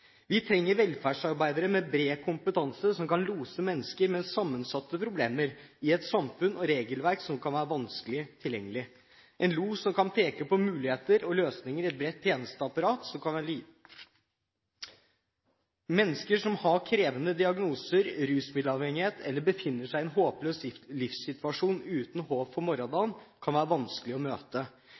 Vi trenger velferdsarbeidere med bred kompetanse, som kan lose mennesker med sammensatte problemer i et samfunn med et regelverk som kan være vanskelig tilgjengelig – en los som kan peke på muligheter og løsninger i et bredt tjenesteapparat. Mennesker som har krevende diagnoser, som er rusmiddelavhengige eller befinner se gi en håpløs livssituasjon uten håp for morgendagen kan det være vanskelig å møte.